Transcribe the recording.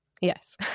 Yes